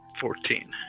Fourteen